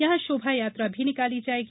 यहां शोभायात्रा भी निकाली जाएगी